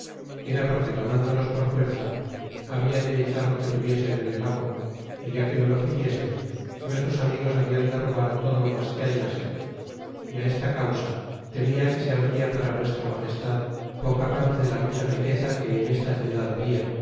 era porque tomándolos por fuerza hablan de echar lo que tuviesen en el agua y ya que no lo ficiesen nuestros amigos hablan de r bar todo lo mas que hallasen y esta causa temia que se habria para vuestra a lagestad poca parte de la mu ella riqueza que en e ta ciudad habla